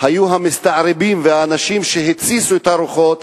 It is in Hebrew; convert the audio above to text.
היו המסתערבים והאנשים שהתסיסו את הרוחות.